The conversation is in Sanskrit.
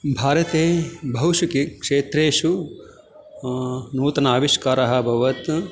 भारते बहुषु क्षेत्रेषु नूतन आविष्कारः अभवत्